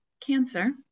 cancer